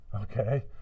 Okay